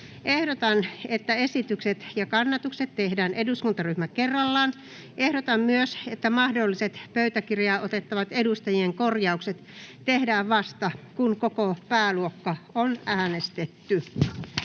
Ehdotan, että esitykset ja kannatukset tehdään eduskuntaryhmä kerrallaan. Ehdotan myös, että mahdolliset pöytäkirjaan otettavat edustajien korjaukset tehdään vasta kun koko pääluokka on äänestetty.